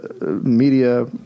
media